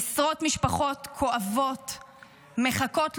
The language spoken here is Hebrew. עשרות משפחות כואבות מחכות,